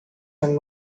and